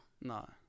no